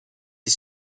est